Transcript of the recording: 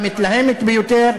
המתלהמת ביותר.